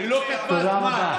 היא לא כתבה זמן,